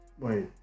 Wait